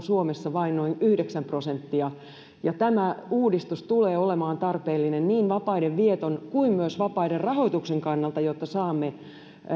suomessa vain noin yhdeksän prosenttia ja tämä uudistus tulee olemaan tarpeellinen niin vapaiden vieton kuin myös vapaiden rahoituksen kannalta jotta saamme